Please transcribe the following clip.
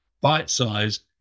bite-sized